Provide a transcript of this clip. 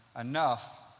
enough